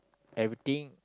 everything